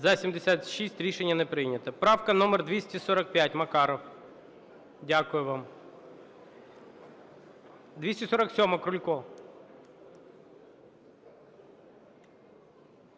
За-76 Рішення не прийнято. Правка номер 245, Макаров. Дякую вам. 247-а, Крулько.